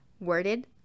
worded